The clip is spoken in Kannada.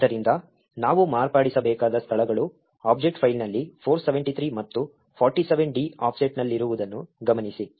ಆದ್ದರಿಂದ ನಾವು ಮಾರ್ಪಡಿಸಬೇಕಾದ ಸ್ಥಳಗಳು ಆಬ್ಜೆಕ್ಟ್ ಫೈಲ್ನಲ್ಲಿ 473 ಮತ್ತು 47d ಆಫ್ಸೆಟ್ನಲ್ಲಿರುವುದನ್ನು ಗಮನಿಸಿ